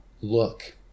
look